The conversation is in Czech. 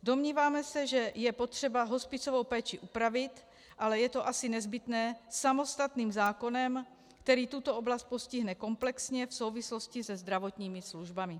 Domníváme se, že je potřeba hospicovou péči upravit, ale je to asi nezbytné samostatným zákonem, který tuto oblast postihne komplexně v souvislosti se zdravotními službami.